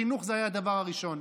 חינוך היה הדבר הראשון.